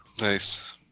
Nice